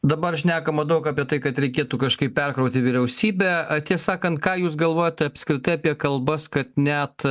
dabar šnekama daug apie tai kad reikėtų kažkaip perkrauti vyriausybę a tiesą sakant ką jūs galvojote apskritai apie kalbas kad net